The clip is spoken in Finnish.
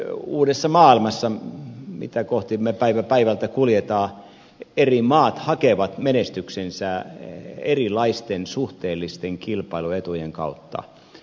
uudessa maailmassa mitä kohti me päivä päivältä kuljemme eri maat hakevat menestyksensä erilaisten suhteellisten kilpailuetujen kautta